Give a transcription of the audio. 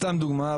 סתם דוגמה,